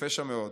יפה שם מאוד.